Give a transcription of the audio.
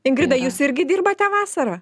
ingrida jūs irgi dirbate vasarą